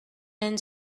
and